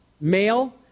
male